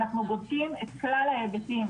אנחנו בודקים את כלל ההיבטים.